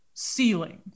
ceiling